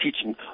teaching